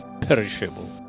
perishable